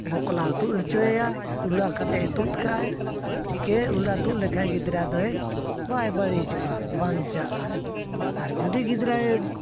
ᱵᱷᱚᱠᱞᱟᱣ ᱛᱩᱫ ᱦᱚᱪᱚᱭᱮᱭᱟ ᱩᱞᱟᱹ ᱠᱟᱛᱮᱫᱼᱮ ᱛᱩᱫ ᱠᱟᱜᱼᱟᱭ ᱴᱷᱤᱠᱮ ᱩᱞᱟᱹ ᱛᱩᱫ ᱞᱮᱠᱷᱟᱱ ᱜᱤᱫᱽᱨᱟᱹ ᱫᱚᱭ ᱵᱟᱭ ᱵᱟᱹᱲᱤᱡᱚᱜᱼᱟ ᱵᱟᱧᱪᱟᱜᱼᱟᱭ ᱟᱨ ᱡᱩᱫᱤ ᱜᱤᱫᱽᱨᱟᱹᱭ